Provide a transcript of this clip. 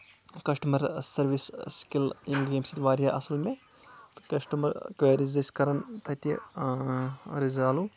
customer service skill یِم گٔے ییٚمہِ سۭتۍ واریاہ اَصٕل مےٚ تہٕ کسٹمر کٔرز أسۍ کران تَتہِ رِزالو